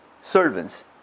servants